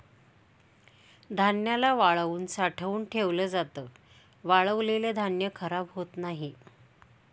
धान्याला वाळवून साठवून ठेवल जात, वाळलेल धान्य खराब होत नाही